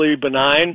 benign